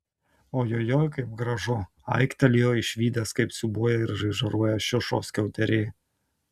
ojojoi kaip gražu aiktelėjo išvydęs kaip siūbuoja ir žaižaruoja šiušos skiauterė